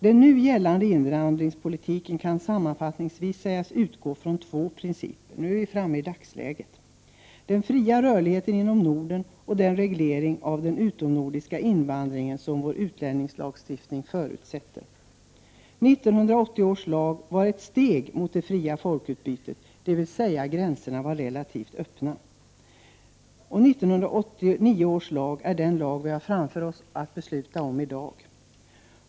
Den nu gällande invandringspolitiken kan sammanfattningsvis sägas utgå från två principer: den fria rörligheten inom Norden och den reglering av den utomnordiska invandringen som vår utlänningslagstiftning förutsätter. 1980 års lag var ett steg mot det fria folkutbytet, dvs. att gränserna var relativt öppna. 1989 års lag är den vi har framför oss att besluta om i dag.